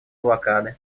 блокады